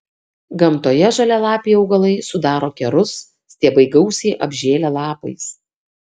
gamtoje žalialapiai augalai sudaro kerus stiebai gausiai apžėlę lapais